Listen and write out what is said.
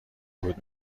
بود